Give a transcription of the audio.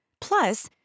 Plus